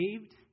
saved